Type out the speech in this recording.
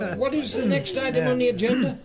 what is the next item on the agenda?